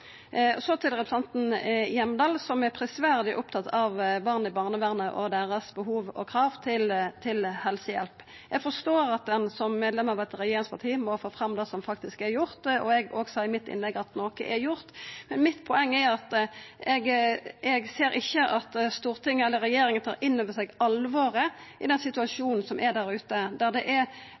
Så til representanten Hjemdal, som er prisverdig opptatt av barn i barnevernet og deira behov og krav til helsehjelp. Eg forstår at ein som medlem av eit regjeringsparti må få fram det som faktisk er gjort, og eg sa òg i mitt innlegg at noko er gjort. Mitt poeng er at eg ser ikkje at Stortinget eller regjeringa tar innover seg alvoret i situasjonen som er der ute,